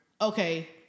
Okay